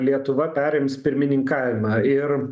lietuva perims pirmininkavimą ir